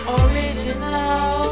original